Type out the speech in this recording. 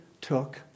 took